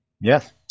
Yes